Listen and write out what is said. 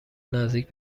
نزدیک